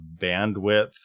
bandwidth